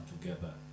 together